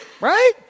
Right